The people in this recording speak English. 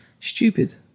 Stupid